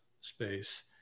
space